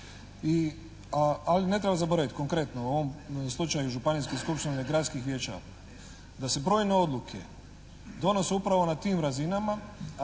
ali ne treba zaboraviti konkretno u ovom slučaju županijske skupštine gradskih vijeća da se brojne odluke donose upravo na tim razinama,